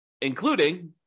including